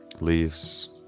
leaves